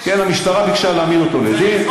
המשטרה ביקשה להעמיד אותו לדין,